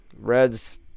Reds